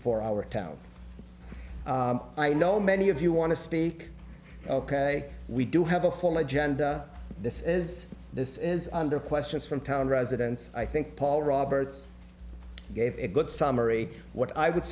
for our town i know many of you want to speak ok we do have a full agenda this is this is under questions from town residents i think paul roberts gave a good summary what i would